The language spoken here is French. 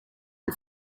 les